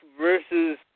versus